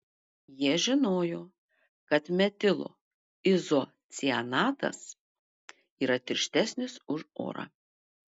jie žinojo kad metilo izocianatas yra tirštesnis už orą